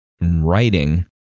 writing